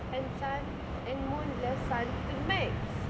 and sun and moon loves sun to the max